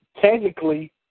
technically